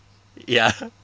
ya